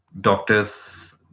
doctors